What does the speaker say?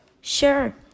Sure